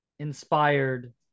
inspired